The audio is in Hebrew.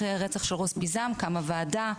אחרי הרצח של רוז פיזם קמה ועדה,